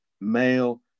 male